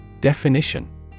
Definition